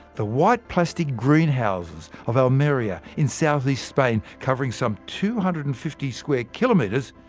the white plastic greenhouses of almeria in south-east spain, covering some two hundred and fifty square kilometres,